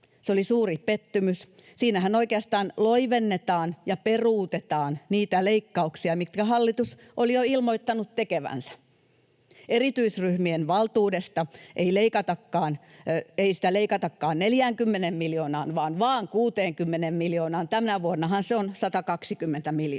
Se oli suuri pettymys — siinähän oikeastaan loivennetaan ja peruutetaan niitä leikkauksia, mitkä hallitus oli jo ilmoittanut tekevänsä. Erityisryhmien valtuutta ei leikatakaan 40 miljoonaan, vaan vain 60 miljoonaan. Tänä vuonnahan se on 120 miljoonaa.